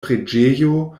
preĝejo